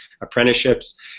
apprenticeships